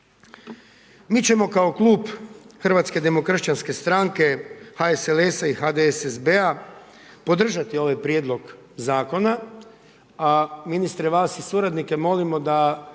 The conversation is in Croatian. Mi ćemo kao klub Hrvatske demokršćanske stranke, HSLS-a i HDSSB-a podržati ovaj prijedlog zakona. A ministre vas i suradnike molimo da